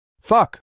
Fuck